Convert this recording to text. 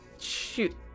shoot